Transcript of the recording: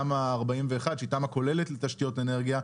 תמ"א 41 שהיא תמ"א כוללת לתשתיות אנרגיה,